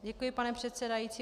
Děkuji, pane předsedající.